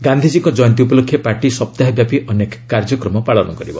ଗାନ୍ଧିଜୀଙ୍କ ଜୟନ୍ତୀ ଉପଲକ୍ଷେ ପାର୍ଟି ସପ୍ତାହେବ୍ୟାପୀ ଅନେକ କାର୍ଯ୍ୟକ୍ରମ ପାଳନ କରିବ